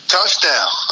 Touchdown